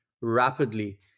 rapidly